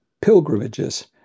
pilgrimages